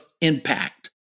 impact